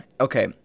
Okay